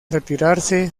retirarse